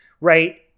right